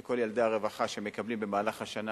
שכל ילדי הרווחה שמקבלים במהלך השנה